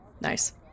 Nice